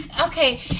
Okay